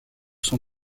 son